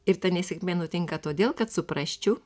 ir ta nesėkmė nutinka todėl kad suprasčiau